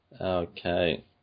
Okay